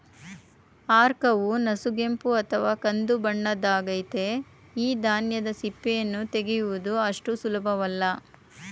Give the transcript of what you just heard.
ಆರ್ಕವು ನಸುಗೆಂಪು ಅಥವಾ ಕಂದುಬಣ್ಣದ್ದಾಗಯ್ತೆ ಈ ಧಾನ್ಯದ ಸಿಪ್ಪೆಯನ್ನು ತೆಗೆಯುವುದು ಅಷ್ಟು ಸುಲಭವಲ್ಲ